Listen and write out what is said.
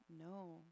No